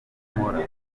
nkora